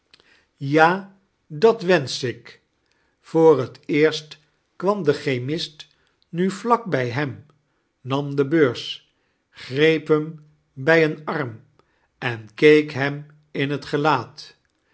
ja dat wensch ikl voor t eerst kwam de chemist bu vlak bij hem nam de beurs greep item bij een arm en keek hem in het gjaat